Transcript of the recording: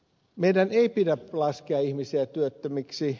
meidän ei pidä laskea ihmisiä työttömiksi